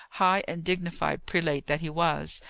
high and dignified prelate that he was,